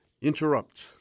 interrupt